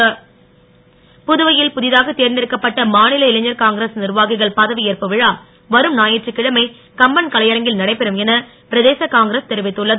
இளைஞர் காங்கிரஸ் புதுவையில் புதிதாக தேர்ந்தெடுக்கப்பட்ட மாநில இளைஞர் காங்கிரஸ் நிர்வாகிகள் பதவியேற்பு விழா வரும் ஞாயிற்றுக்கிழமை கம்பன் கலையரங்கில் நடைபெறும் என பிரதேச காங்கிரஸ் தெரிவித்துள்ளது